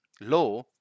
law